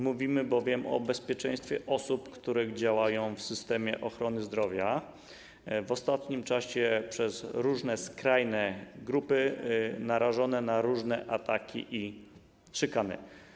Mówimy bowiem o bezpieczeństwie osób, które działają w systemie ochrony zdrowia, a które w ostatnim czasie były przez różne skrajne grupy narażone na różne ataki i szykany.